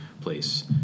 place